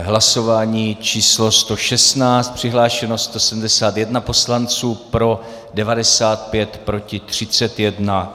Hlasování číslo 116 přihlášeno 171 poslanců, pro 95, proti 31.